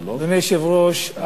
אדוני היושב-ראש,